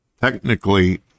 technically